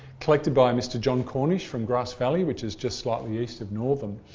collected by mr john cornish from grass valley which is just slightly east of northam,